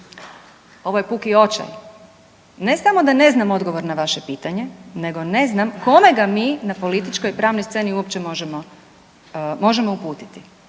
ovo je puki očaj, ne samo da ne znam odgovor na vaše pitanje nego ne znam kome ga mi na političkoj i pravnoj sceni možemo uputiti.